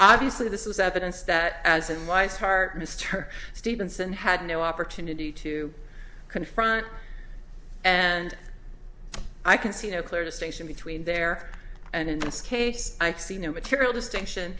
obviously this is evidence that as unwise heart mr stevenson had no opportunity to confront and i can see no clear distinction between there and in this case i see no material distinction